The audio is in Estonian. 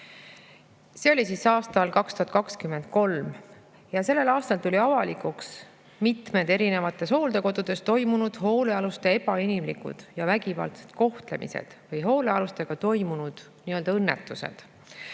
See oli aastal 2023 ja sellel aastal tulid avalikuks mitmed erinevates hooldekodudes aset leidnud hoolealuste ebainimlikud ja vägivaldsed kohtlemised või hoolealustega toimunud õnnetused.